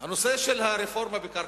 נושא הרפורמה בקרקעות,